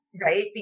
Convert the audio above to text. right